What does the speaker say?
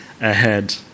ahead